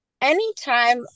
anytime